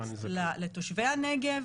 לתושבי הנגב,